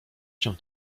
cię